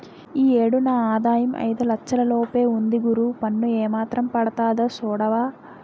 ఈ ఏడు నా ఆదాయం ఐదు లచ్చల లోపే ఉంది గురూ పన్ను ఏమాత్రం పడతాదో సూడవా